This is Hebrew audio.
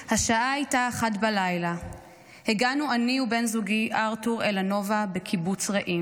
"השעה הייתה 01:00. הגענו אני ובן זוגי ארתור אל הנובה בקיבוץ רעים.